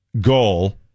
goal